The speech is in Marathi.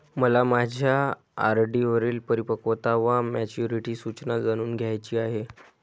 मला माझ्या आर.डी वरील परिपक्वता वा मॅच्युरिटी सूचना जाणून घ्यायची आहे